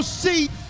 seat